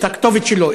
את הכתובת שלו,